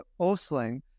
Osling